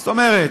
זאת אומרת,